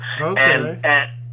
Okay